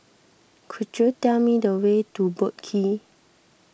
could you tell me the way to Boat Quay